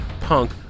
punk